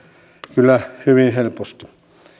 kyllä hyvin helposti